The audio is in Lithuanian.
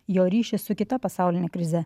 jo ryšį su kita pasauline krize